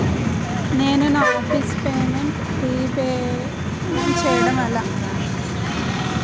నేను నా office loan repayment చేయడం ఎలా?